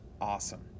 awesome